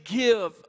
give